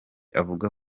avuga